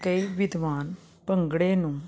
ਕਈ ਵਿਦਵਾਨ ਭੰਗੜੇ ਨੂੰ